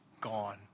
gone